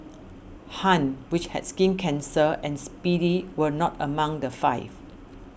Han which had skin cancer and Speedy were not among the five